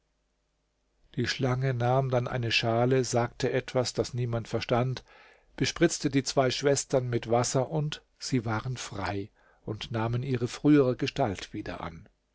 die schlange nahm dann eine schale sagte etwas das niemand verstand bespritzte die zwei schwestern mit wasser und sie waren frei und nahmen ihre frühere gestalt wieder an